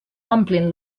omplin